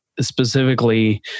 specifically